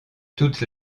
toute